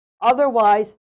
Otherwise